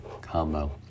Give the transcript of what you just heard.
combo